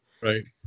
Right